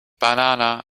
banana